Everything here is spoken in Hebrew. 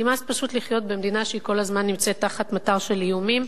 נמאס פשוט לחיות במדינה שכל הזמן נמצאת תחת מטר של איומים,